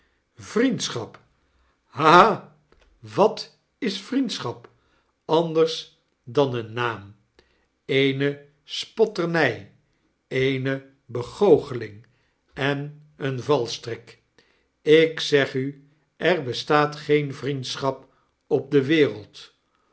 vriendschap ha ha wat is vriendschap ariders dan een naam eene spotterny eene begoocheling en een valstrik ik zeg u er bestaat geen vriendschap op de wereld